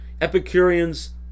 epicureans